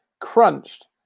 crunched